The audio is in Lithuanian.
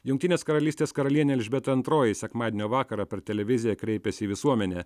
jungtinės karalystės karalienė elžbieta antroji sekmadienio vakarą per televiziją kreipėsi į visuomenę